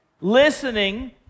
listening